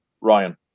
Ryan